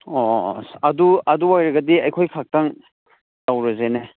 ꯑꯣ ꯑꯗꯨ ꯑꯣꯏꯔꯒꯗꯤ ꯑꯩꯈꯣꯏ ꯈꯛꯇꯪ ꯇꯧꯔꯁꯤꯅꯦ